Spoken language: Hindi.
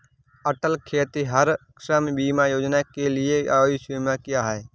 अटल खेतिहर श्रम बीमा योजना के लिए आयु सीमा क्या है?